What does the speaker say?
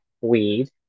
weed